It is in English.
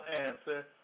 answer